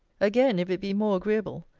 again, if it be more agreeable,